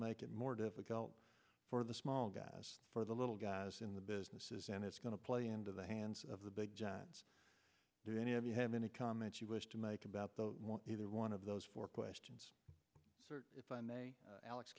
make it more difficult for the small guys for the little guys in the businesses and it's going to play into the hands of the big do any of you have any comments you wish to make about the either one of those four questions if i may alex